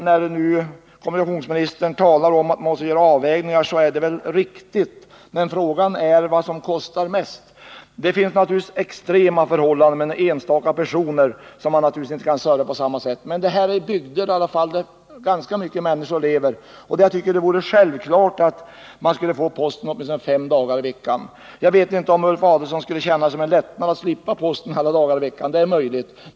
När kommunikationsministern nu talar om att man måste göra avvägningar, är det väl riktigt, men frågan är vad som kostar mest. Det finns naturligtvis bygder med extremt få invånare som inte kan få samma service som andra, men här är det fråga om bygder där ganska många människor lever, och jag tycker det vore självklart att de skulle få post åtminstone fem dagar i veckan. Jag vet inte om Ulf Adelsohn skulle känna det som en lättnad att slippa få post fem dagar i veckan. Det är möjligt att han skulle göra det.